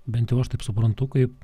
bent jau aš taip suprantu kaip